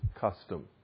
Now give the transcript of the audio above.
custom